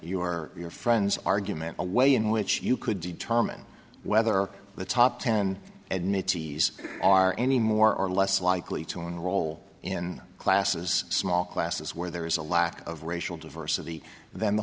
are your friends argument a way in which you could determine whether the top ten and made to us are any more or less likely to enroll in classes small classes where there is a lack of racial diversity than the